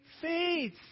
faith